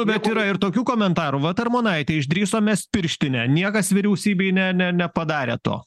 bet yra ir tokių komentarų vat armonaitė išdrįso mesti pirštinę niekas vyriausybei ne ne nepadarė to